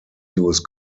use